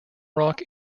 rock